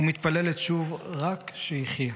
ומתפללת שוב, רק שיחיה.